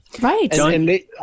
Right